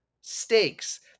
stakes